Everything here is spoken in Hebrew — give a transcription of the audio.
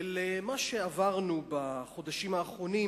של מה שעברנו בחודשים האחרונים,